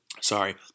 Sorry